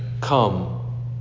come